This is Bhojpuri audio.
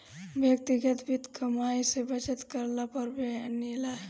व्यक्तिगत वित्त कमाई से बचत करला पर बनेला